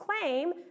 claim